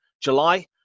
July